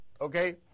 okay